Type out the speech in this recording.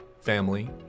family